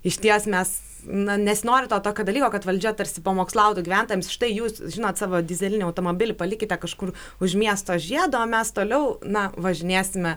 išties mes na nesinori to tokio dalyko kad valdžia tarsi pamokslautų gyventojams štai jūs žinot savo dyzelinį automobilį palikite kažkur už miesto žiedo o mes toliau na važinėsime